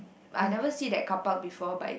I never see that carpark before but